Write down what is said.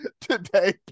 today